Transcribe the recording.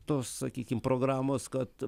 tos sakykim programos kad